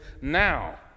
now